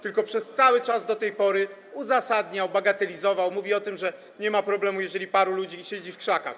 Tylko kto przez cały czas do tej pory uzasadniał, bagatelizował, mówił o tym, że nie ma problemu, jeżeli paru ludzi siedzi w krzakach?